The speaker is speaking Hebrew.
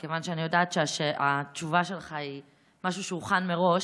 מכיוון שאני יודעת שהתשובה שלך היא משהו שהוכן מראש,